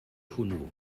hwnnw